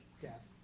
death